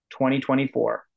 2024